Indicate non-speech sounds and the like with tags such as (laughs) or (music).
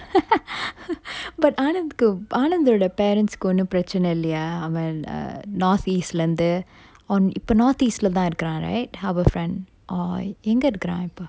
(laughs) but ananth கு:ku ananth ஓட:oda parents கு ஒன்னும் பிரச்சன இல்லையா அவன்:ku onnum pirachana illaya avan err north east லந்து:lanthu on இப்ப:ippa north east lah தான் இருக்குறான்:than irukkuran right harbourfront or எங்க இருக்குறான் இப்ப:enga irukkuran ippa